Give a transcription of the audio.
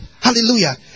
Hallelujah